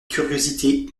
curiosité